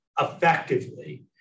effectively